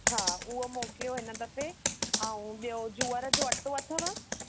हा उहो मोकिलियो हिन दफ़े ऐं ॿियो जूअर जो अटो अथव